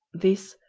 this,